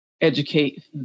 educate